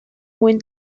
mwyn